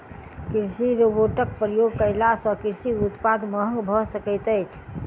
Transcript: कृषि रोबोटक प्रयोग कयला सॅ कृषि उत्पाद महग भ सकैत अछि